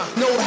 no